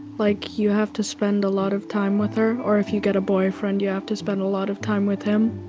like, you have to spend a lot of time with her. or if you get a boyfriend, you have to spend a lot of time with him.